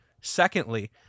Secondly